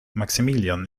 maximilian